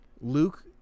Luke